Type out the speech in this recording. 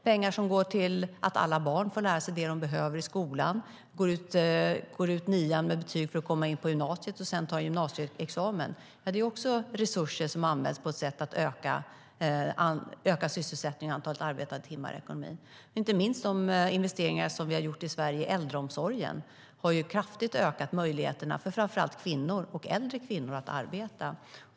Pengar som går till att alla barn får lära sig vad de behöver i skolan, går ut nian med betyg för att komma in på gymnasiet, och sedan tar gymnasieexamen, är resurser som används för att öka sysselsättningen och antalet arbetade timmar i ekonomin. De investeringar vi har gjort i Sverige i äldreomsorgen har kraftigt ökat möjligheterna för framför allt kvinnor och äldre kvinnor att arbeta.